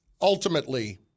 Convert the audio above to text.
ultimately